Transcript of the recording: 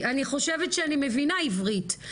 אני חושבת שאני מבינה עברית,